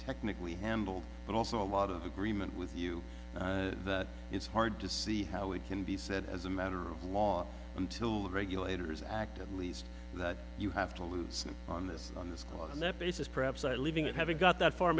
technically handled but also a lot of agreement with you that it's hard to see how it can be said as a matter of law until regulators act at least that you have to loosen on this on this clause and that basis perhaps are leaving that haven't got that far